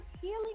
healing